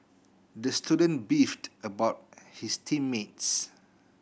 the student beefed about his team mates